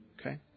Okay